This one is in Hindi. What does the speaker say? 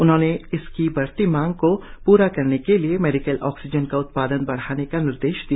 उन्होंने इसकी बढ़ती मांग को पूरा करने के लिए मेडिकल ऑक्सीजन का उत्पादन बढ़ाने का निर्देश दिया